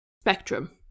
spectrum